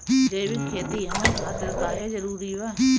जैविक खेती हमन खातिर काहे जरूरी बा?